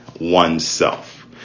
oneself